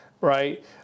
right